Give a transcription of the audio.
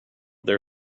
their